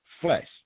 flesh